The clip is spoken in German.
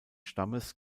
stammes